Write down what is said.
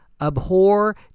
abhor